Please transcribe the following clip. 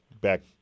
back